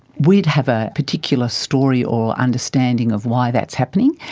we'd have a particular story or understanding of why that's happening,